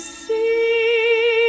see